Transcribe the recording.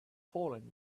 fallen